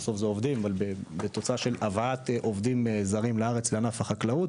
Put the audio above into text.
עובדים, בהבאת עובדים לארץ לענף החקלאות.